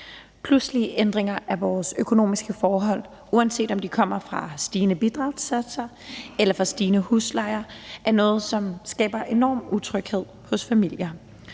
Pludselige ændringer af vores økonomiske forhold, uanset om de kommer fra stigende bidragssatser eller fra stigende huslejer, er noget, som skaber enorm utryghed hos familier